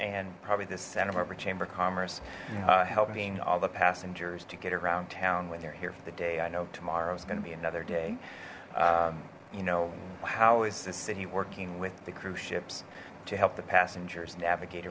and probably the santa barbara chamber commerce helping all the passengers to get around town when they're here for the day i know tomorrow's gonna be another day you know how is the city working with the cruise ships to help the passengers navigate